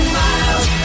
miles